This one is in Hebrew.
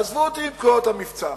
עזבו אותי עם פקודות המבצע.